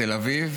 בתל אביב,